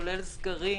כולל סגרים,